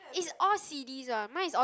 is all C_Ds ah mine is all